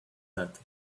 that